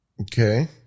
Okay